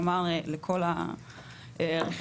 כלומר לכל הרכיבים,